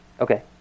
Okay